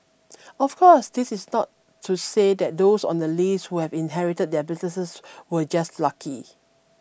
of course this is not to say that those on the list who have inherited their businesses were just lucky